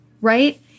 right